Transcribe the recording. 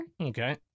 Okay